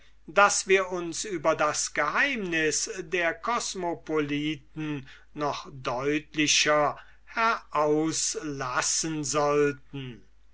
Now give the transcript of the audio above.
daß wir uns über das geheimnis der kosmopoliten deutlicher herauslassen sollten